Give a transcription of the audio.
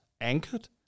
anchored